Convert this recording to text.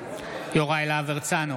יוראי להב הרצנו,